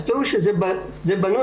זה יקרה בגלל החופש האקדמי,